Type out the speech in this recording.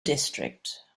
district